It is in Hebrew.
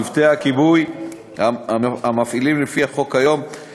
מוצע להרחיב את האמצעים המשמעתיים שניתן לנקוט כלפי מתנדבי הרשות.